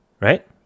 Right